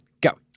go